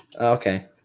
Okay